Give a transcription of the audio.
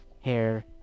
hair